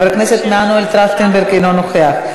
חבר הכנסת מנואל טרכטנברג, אינו נוכח.